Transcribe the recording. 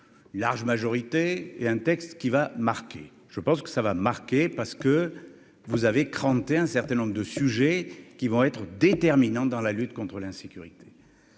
fait large majorité et un texte qui va marquer, je pense que ça va marquer parce que vous avez cranté un certain nombre de sujets qui vont être déterminante dans la lutte contre l'insécurité